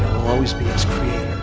will always be its creator.